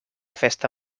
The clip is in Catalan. festa